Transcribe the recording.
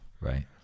Right